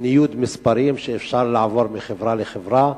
ניוד מספרים שמאפשר לעבור מחברה לחברה,